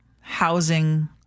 housing